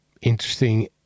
interesting